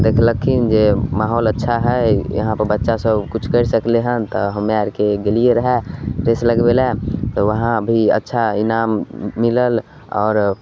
देखलखिन जे माहौल अच्छा हइ इहाँपर बच्चा सभ किछु कर सकलै हन तऽ हमे आरके गेलियै रहय रेस लगबय लए तऽ उहाँ भी अच्छा इनाम मिलल आओर